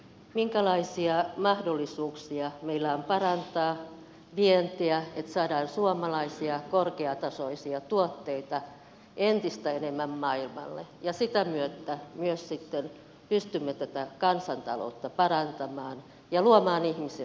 minkälaisia mahdollisuuksia meillä on parantaa vientiä että saadaan suomalaisia korkeatasoisia tuotteita entistä enemmän maailmalle ja sitä myötä myös sitten pystymme kansantaloutta parantamaan ja luomaan ihmisille työpaikkoja